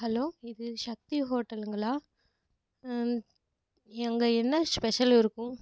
hello இது சக்தி ஹோட்டலுங்களா அங்கே என்ன ஸ்பெஷல் இருக்கும்